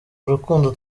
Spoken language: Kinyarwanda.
urukundo